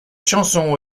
chanson